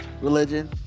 religion